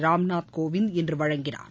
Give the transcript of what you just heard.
ராம்நாத் கோவிந்த் இன்று வழங்கினார்